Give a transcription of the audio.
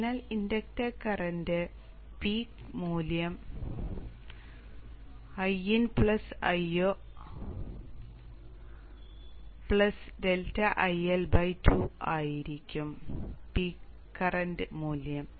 അതിനാൽ inductor current peak മൂല്യം Iin Io ∆IL2 ആയിരിക്കും പീക്ക് കറന്റ് മൂല്യം